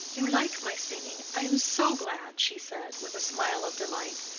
you like my singing? i am so glad, she said, with a smile of delight.